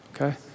okay